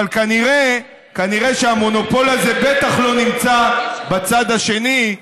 אבל כנראה שהמונופול הזה בטח לא נמצא בצד השני.